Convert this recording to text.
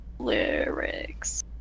lyrics